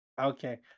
Okay